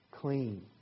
clean